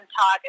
talk